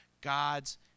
God's